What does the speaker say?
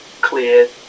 clear